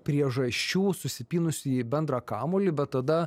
priežasčių susipynusių į bendrą kamuolį bet tada